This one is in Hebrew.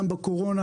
גם בקורונה,